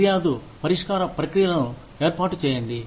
ఫిర్యాదు పరిష్కార ప్రక్రియను ఏర్పాటు చేయండి